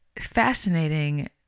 fascinating